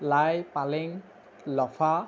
লাই পালেং লফা